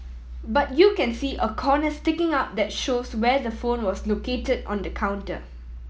but you can see a corner sticking out that shows where the phone was located on the counter